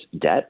debt